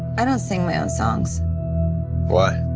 i don't sing my own songs why?